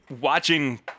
watching